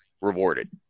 rewarded